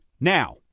Now